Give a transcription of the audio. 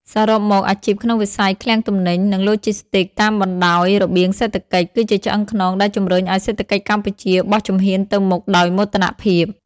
សរុបមក អាជីពក្នុងវិស័យឃ្លាំងទំនិញ និងឡូជីស្ទីកតាមបណ្ដោយរបៀងសេដ្ឋកិច្ច គឺជាឆ្អឹងខ្នងដែលជំរុញឱ្យសេដ្ឋកិច្ចកម្ពុជាបោះជំហានទៅមុខដោយមោទនភាព។